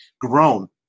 grown